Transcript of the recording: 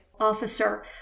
officer